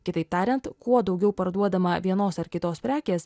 kitaip tariant kuo daugiau parduodama vienos ar kitos prekės